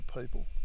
people